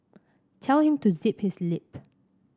tell him to zip his lip